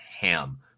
ham